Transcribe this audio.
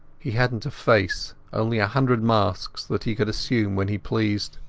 he hadnat a face, only a hundred masks that he could assume when he pleased.